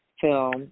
film